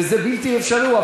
וזה בלתי אפשרי.